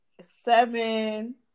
seven